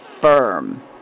firm